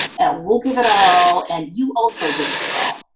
and we'll give it our all, and you also give it your all.